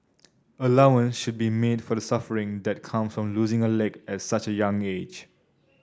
allowance should be made for the suffering that comes from losing a leg at such a young age